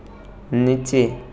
নিচে